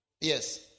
Yes